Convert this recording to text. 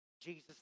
Jesus